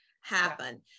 happen